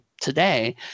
today